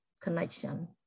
connection